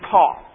Paul